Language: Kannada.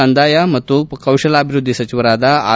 ಕಂದಾಯ ಮತ್ತು ಕೌಶಾಲಭಿವೃದ್ಧಿ ಸಚಿವರಾದ ಆರ್